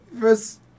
First